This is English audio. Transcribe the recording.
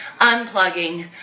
unplugging